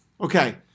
Okay